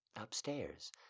Upstairs